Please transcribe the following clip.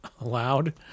allowed